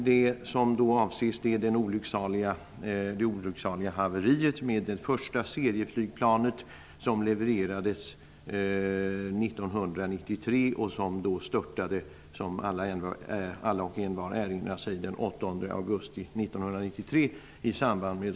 Det som avses är det olycksaliga haveriet med det första serieflygplanet som levererades 1993 och som störtade, som alla och envar erinrar sig, den 8 Festival.